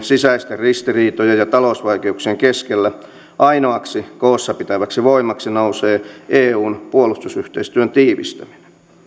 sisäisten ristiriitojen ja talousvaikeuksien keskellä ainoaksi koossapitäväksi voimaksi nousee eun puolustusyhteistyön tiivistäminen